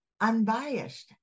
unbiased